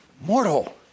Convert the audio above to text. mortal